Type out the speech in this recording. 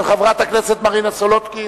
עברה בקריאה טרומית והיא תעבור לוועדת העבודה,